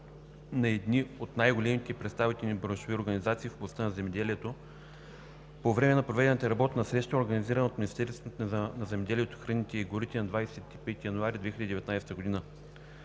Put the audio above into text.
от едни от най-големите представителни браншови организации в областта на земеделието по време на проведената работна среща, организирана от Министерството на земеделието, храните и горите на 25 януари 2019 г.